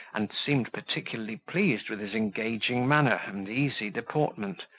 and seemed particularly pleased with his engaging manner and easy deportment,